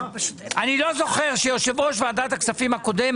אני לא זוכר שיושב-ראש ועדת הכספים הקודם